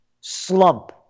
slump